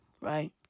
right